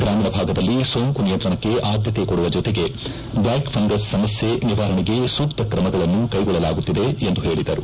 ಗ್ರಾಮೀಣ ಭಾಗದಲ್ಲಿ ಸೋಂಕು ನಿಯಂತ್ರಣಕ್ಕೆ ಆದ್ಲತೆ ಕೊಡುವ ಜೊತೆಗೆ ಬ್ಲಾಕ್ ಫಂಗಸ್ ಸಮಸ್ನೆ ನಿವಾರಣೆಗೆ ಸೂಕ್ತ ಕ್ರಮಗಳನ್ನು ಕ್ಲೆಗೊಳ್ಟಲಾಗುತ್ತಿದೆ ಎಂದು ಹೇಳಿದರು